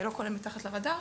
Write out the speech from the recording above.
לא כולל "מתחת לרדאר",